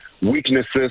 weaknesses